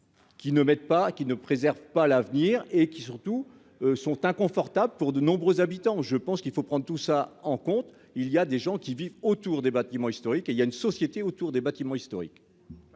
qui ne préserve pas l'avenir et qui surtout sont inconfortables pour de nombreux habitants, je pense qu'il faut prendre tout ça en compte, il y a des gens qui vivent autour des bâtiments historiques et il y a une société autour des bâtiments historiques.